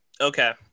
Okay